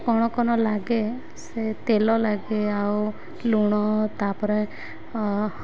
କ'ଣ କ'ଣ ଲାଗେ ସେ ତେଲ ଲାଗେ ଆଉ ଲୁଣ ତା'ପରେ